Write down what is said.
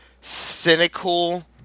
cynical